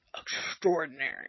Extraordinary